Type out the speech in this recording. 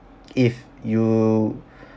if you